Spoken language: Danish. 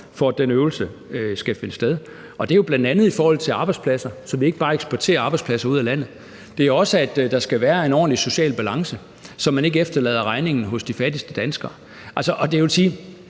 for at den øvelse kan finde sted. Og det er jo bl.a. i forhold til arbejdspladser, så vi ikke bare eksporterer arbejdspladser ud af landet. Det er også, at der skal være en ordentlig social balance, så man ikke efterlader regningen hos de fattigste danskere. Det vil sige,